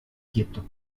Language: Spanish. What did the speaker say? quieto